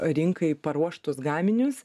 rinkai paruoštus gaminius